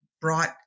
brought